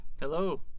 Hello